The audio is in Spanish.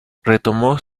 retomó